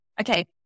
okay